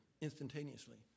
instantaneously